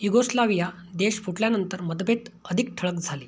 Yugoslavia देश फुटल्यानंतर मतभेद अधिक ठळक झाले